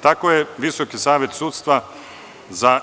Tako je Visoki savet sudstva za